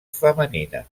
femenina